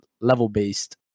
level-based